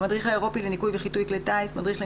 איגוד הטייסים וכל טייסי